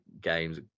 games